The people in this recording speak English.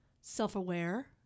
self-aware